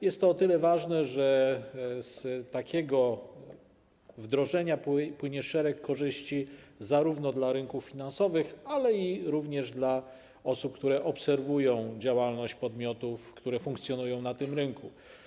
Jest to o tyle ważne, że z takiego wdrożenia płynie szereg korzyści zarówno dla rynków finansowych, jak i dla osób obserwujących działalność podmiotów, które funkcjonują na tym rynku.